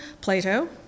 Plato